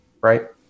right